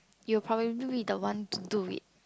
you will probably be the one to do it